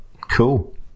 Cool